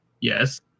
Yes